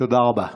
תודה רבה.